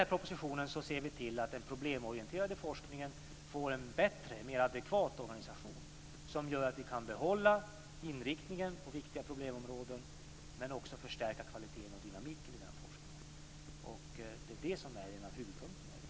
Med propositionen ser vi till att den problemorienterade forskningen får en bättre, mer adekvat organisation som gör att vi kan behålla inriktningen på viktiga problemområden men också förstärka kvaliteten och dynamiken i den forskningen. Det är en av huvudpunkterna i reformen.